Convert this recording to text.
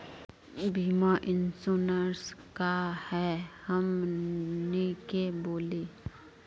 बीमा इंश्योरेंस का है हमनी के बोली?